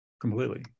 completely